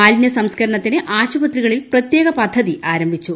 മാലിന്യ സംസ്ക്കർണത്തിന് ആശുപത്രികളിൽ പ്രത്യേക പദ്ധതി ആരംഭിച്ചു